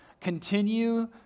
Continue